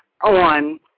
on